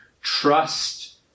Trust